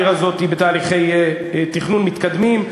העיר הזאת היא בתהליכי תכנון מתקדמים,